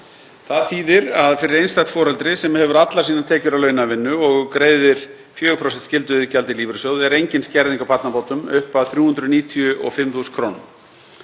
Það þýðir að fyrir einstætt foreldri sem hefur allar sínar tekjur af launavinnu og greiðir 4% skylduiðgjald í lífeyrissjóð er engin skerðing á barnabótum upp að 395.000 kr.